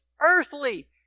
earthly